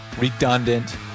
redundant